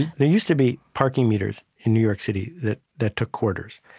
there used to be parking meters in new york city that that took quarters.